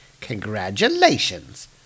Congratulations